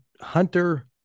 Hunter